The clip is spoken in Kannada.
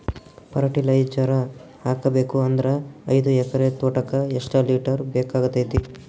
ಫರಟಿಲೈಜರ ಹಾಕಬೇಕು ಅಂದ್ರ ಐದು ಎಕರೆ ತೋಟಕ ಎಷ್ಟ ಲೀಟರ್ ಬೇಕಾಗತೈತಿ?